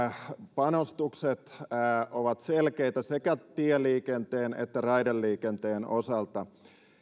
panostukset ovat selkeitä sekä tieliikenteen että raideliikenteen osalta